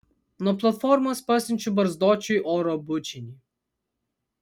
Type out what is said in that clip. nuo platformos pasiunčiu barzdočiui oro bučinį